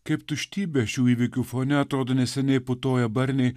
kaip tuštybė šių įvykių fone atrodo neseniai putoję barniai